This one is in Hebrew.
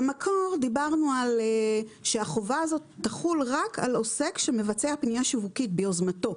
במקור דיברנו שהחובה הזאת תחול רק על עוסק שמבצע פנייה שיווקית ביוזמתו,